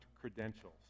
credentials